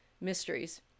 mysteries